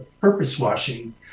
purpose-washing